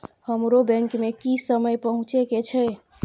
हमरो बैंक में की समय पहुँचे के छै?